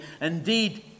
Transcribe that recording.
indeed